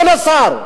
לא לשר,